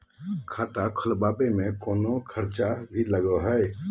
खाता खोलावे में कौनो खर्चा भी लगो है?